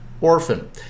orphan